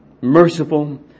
merciful